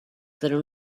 però